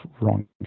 wrong